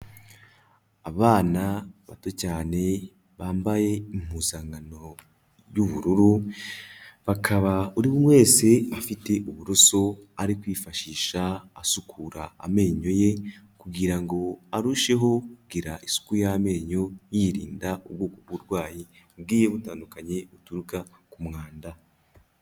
Abana bato cyane bambaye impuzankano y'ubururu, bakaba buri wese afite uburoso ari kwifashisha asukura amenyo ye kugira ngo arusheho kugira isuku y'amenyo yirinda ubwoko bw'uburwayi bugiye butandukanye buturuka ku mwanda.